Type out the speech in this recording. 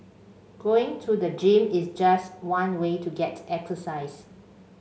going to the gym is just one way to get exercise